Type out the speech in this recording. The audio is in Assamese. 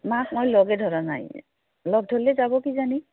মাক মই লগে ধৰা নাই লগ ধৰিলে যাব কিজানি